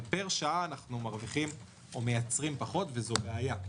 אבל פר שעה אנחנו מרוויחים או מייצרים פחות וזו בעיה.